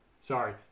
Sorry